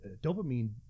dopamine